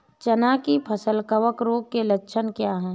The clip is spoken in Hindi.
चना की फसल कवक रोग के लक्षण क्या है?